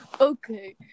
Okay